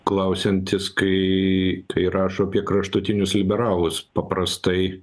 klausiantis kai kai rašo apie kraštutinius liberalus paprastai